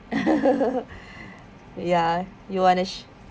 ya you want to